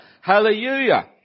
Hallelujah